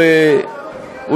זה שר בממשלה,